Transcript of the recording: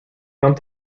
come